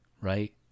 Right